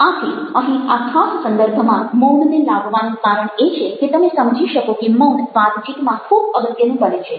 આથી અહીં આ ખાસ સંદર્ભમાં મૌનને લાવવાનું કારણ એ છે કે તમે સમજી શકો કે મૌન વાતચીતમાં ખૂબ અગત્યનું બને છે